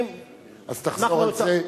אז תחזור על זה.